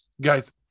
guys